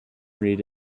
read